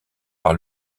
par